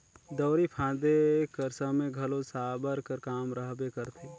दउंरी फादे कर समे घलो साबर कर काम रहबे करथे